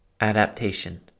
Adaptation